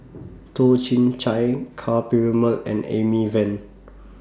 Toh Chin Chye Ka Perumal and Amy Van